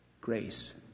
grace